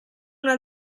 una